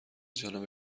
جانب